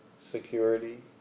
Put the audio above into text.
security